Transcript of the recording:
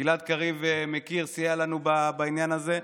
גלעד קריב מכיר וסייע לנו בעניין הזה.